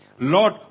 Lord